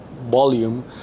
volume